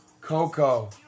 Coco